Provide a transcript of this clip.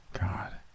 God